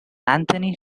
anthony